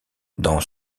dans